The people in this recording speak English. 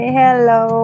hello